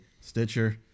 Stitcher